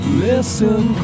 listen